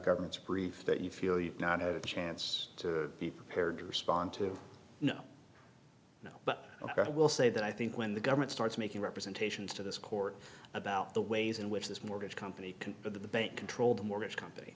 government's brief that you feel you've not had a chance to be prepared to respond to you know no but i will say that i think when the government starts making representations to this court about the ways in which this mortgage company can but the bank control the mortgage company